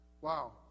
Wow